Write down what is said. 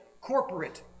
corporate